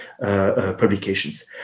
publications